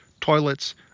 toilets